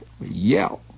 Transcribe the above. yell